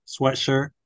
sweatshirt